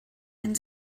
and